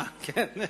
כן.